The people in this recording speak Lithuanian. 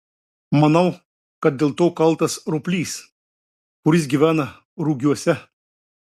manau kad dėl to kaltas roplys kuris gyvena rugiuose